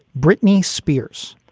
britney spears,